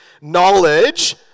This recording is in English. knowledge